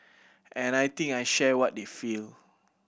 and I think I share what they feel